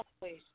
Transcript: please